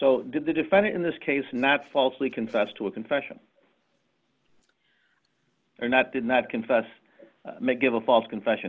so did the defendant in this case and that falsely confessed to a confession or not did not confess may give a false confession